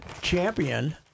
champion